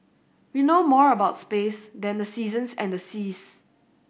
we know more about space than the seasons and the seas